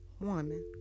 woman